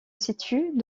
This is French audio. situe